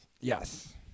yes